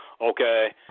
okay